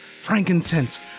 frankincense